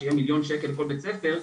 שיהיה מיליון שקל לכל בית ספר,